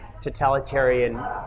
totalitarian